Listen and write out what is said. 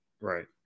Right